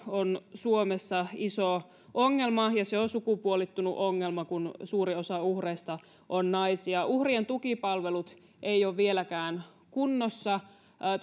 ovat suomessa iso ongelma ja se on sukupuolittunut ongelma kun suurin osa uhreista on naisia uhrien tukipalvelut eivät ole vieläkään kunnossa